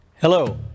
Hello